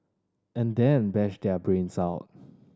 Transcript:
and then bash their brains out